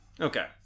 Okay